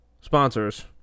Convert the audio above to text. Sponsors